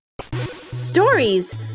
Stories